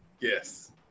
Yes